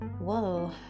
whoa